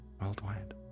worldwide